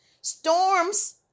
Storms